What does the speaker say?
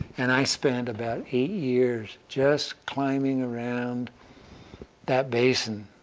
and i spent about eight years just climbing around that basin,